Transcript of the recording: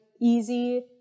easy